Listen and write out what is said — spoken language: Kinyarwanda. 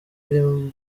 rimwe